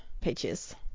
pages